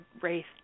race